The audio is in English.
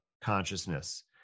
consciousness